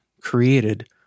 created